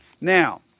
Now